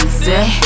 say